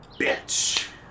bitch